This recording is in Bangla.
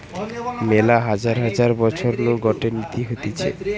মেলা হাজার হাজার বছর নু গটে নীতি হতিছে